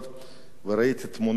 וראיתי תמונה יפה,